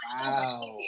wow